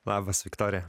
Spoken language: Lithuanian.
labas viktorija